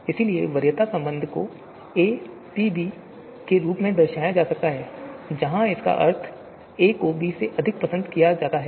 इसलिए वरीयता संबंध को aPb के रूप में दर्शाया जा सकता है जहां इसका अर्थ है कि a को b से अधिक पसंद किया जाता है